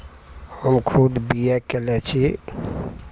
हम खुद B A कयने छी